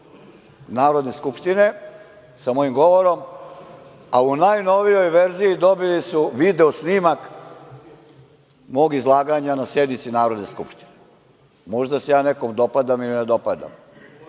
Narodne skupštine sa mojim govorom, a u najnovijoj verziji dobili su video snimak mog izlaganja na sednici Narodne skupštine? Možda se ja nekome dopadam ili ne dopadam,